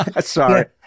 Sorry